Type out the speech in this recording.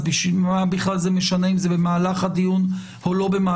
מה זה משנה אם זה במהלך הדיון או לא.